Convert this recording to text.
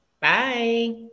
Bye